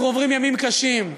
אנחנו עוברים ימים קשים.